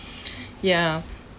ya